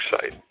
site